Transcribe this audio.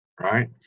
right